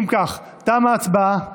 אם כך, תמה ההצבעה.